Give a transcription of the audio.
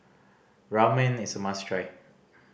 ramen is a must try